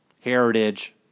Heritage